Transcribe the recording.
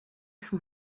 son